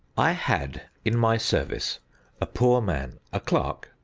i had in my service a poor man, a clerk,